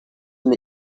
from